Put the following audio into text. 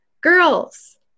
Girls